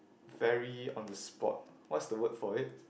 very on the spot what's the word for it